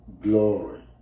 glory